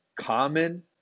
common